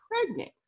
pregnant